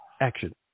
action